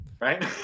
Right